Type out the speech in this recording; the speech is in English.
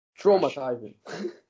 Traumatizing